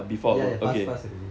ya ya pass pass already